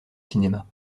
cinéma